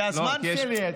זה הזמן שלי.